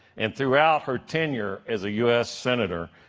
and throughout her tenure as a u s. senator.